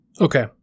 Okay